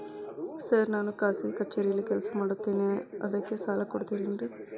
Sir ನಾನು ಖಾಸಗಿ ಕಚೇರಿಯಲ್ಲಿ ಕೆಲಸ ಮಾಡುತ್ತೇನೆ ಅದಕ್ಕೆ ಸಾಲ ಕೊಡ್ತೇರೇನ್ರಿ?